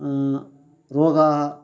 रोगाः